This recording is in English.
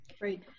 Great